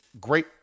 great